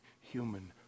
human